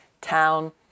town